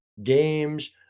games